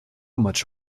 much